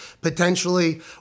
potentially